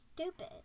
stupid